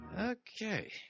okay